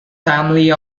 family